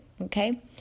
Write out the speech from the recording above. okay